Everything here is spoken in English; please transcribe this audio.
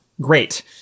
great